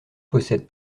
possède